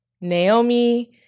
Naomi